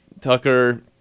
Tucker